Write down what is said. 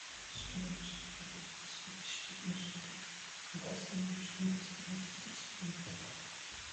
pastorius pradėjo pasakoti štirlicui tai ką tas jam aiškino pastarąsias tris valandas